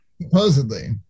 supposedly